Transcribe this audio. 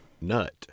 nut